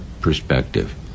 perspective